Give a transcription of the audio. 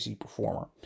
performer